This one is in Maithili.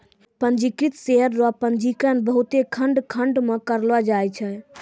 पंजीकृत शेयर रो पंजीकरण बहुते खंड खंड मे करलो जाय छै